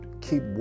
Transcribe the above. keep